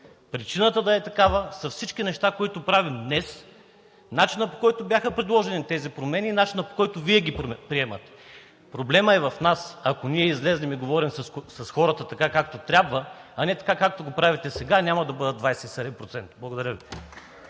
Причината да е такава, са всички неща, които правим днес, начинът, по който бяха предложени тези промени и начинът, по който Вие ги приемате. Проблемът е в нас. Ако ние излезем и говорим с хората, така както трябва, а не така, както го правите сега, няма да бъдат 27%. Благодаря Ви.